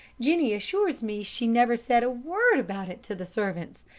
jennie assures me she never said a word about it to the servants.